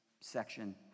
section